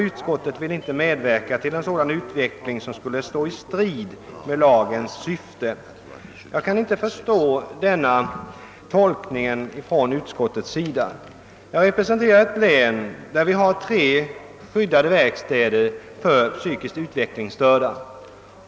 Utskottet vill inte medverka till en sådan utveckling, som skulle stå i strid mot lagens allmänna syfte.» Jag kan inte förstå denna tolkning från utskottets sida. Jag representerar ett län, inom vilket vi har tre skyddade verkstäder för psykiskt utvecklingsstörda.